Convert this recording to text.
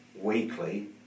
weekly